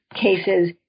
cases